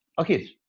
okay